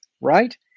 right